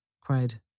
cried